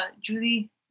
Julie